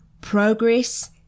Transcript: Progress